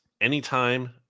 anytime